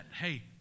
hey